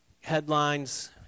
headlines